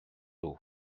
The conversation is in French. eau